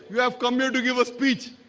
you have come here to give a speech.